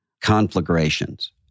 conflagrations